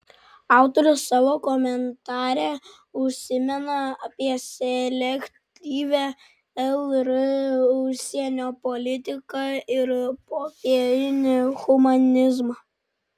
autorius savo komentare užsimena apie selektyvią lr užsienio politiką ir popierinį humanizmą